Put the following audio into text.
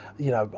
you know,